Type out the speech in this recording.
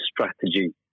strategy